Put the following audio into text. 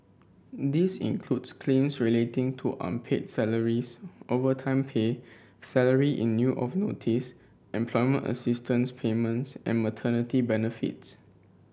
this includes claims relating to unpaid salaries overtime pay salary in lieu of notice employment assistance payments and maternity benefits